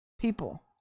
people